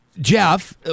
Jeff